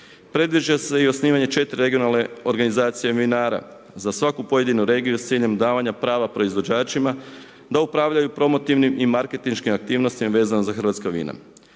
Predviđa se i osnivanje 4 regionalne organizacije vinara za svaku pojedinu regiju s ciljem davanja prava proizvođačima da upravljaju promotivnim i marketinškim aktivnostima vezano za hrvatska vina.